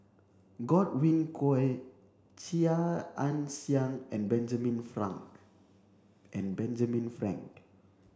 Godwin Koay Chia Ann Siang and Benjamin Frank and Benjamin Frank